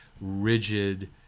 rigid